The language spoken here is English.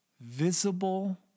visible